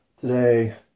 today